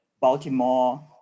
Baltimore